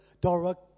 direct